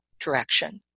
direction